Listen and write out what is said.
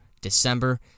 December